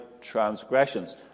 transgressions